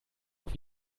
auch